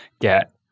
get